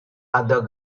other